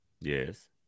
yes